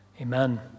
Amen